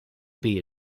beige